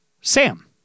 Sam